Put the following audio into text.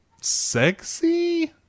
sexy